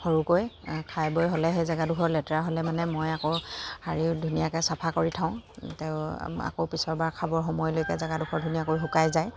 সৰুকৈ খাই বৈ হ'লে সেই জেগাডোখৰ লেতেৰা হ'লে মানে মই আকৌ সাৰি ধুনীয়াকৈ চাফা কৰি থওঁ তেওঁ আকৌ পিছৰবাৰ খাবৰ সময়লৈকে জেগাডোখৰ ধুনীয়াকৈ শুকাই যায়